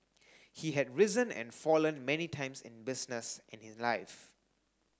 he had risen and fallen many times in business and in life